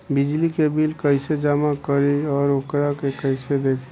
बिजली के बिल कइसे जमा करी और वोकरा के कइसे देखी?